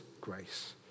grace